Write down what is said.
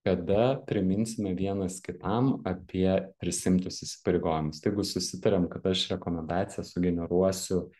kada priminsime vienas kitam apie prisiimtus įsipareigojimus tai jeigu jūs susitariam kad aš rekomendaciją sugeneruosiu